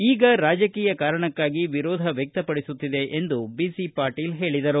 ಈಗ ರಾಜಕೀಯ ಕಾರಣಕ್ಕಾಗಿ ವಿರೋಧ ವ್ಯಕ್ತಪಡಿಸುತ್ತಿದೆ ಎಂದರು